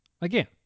Again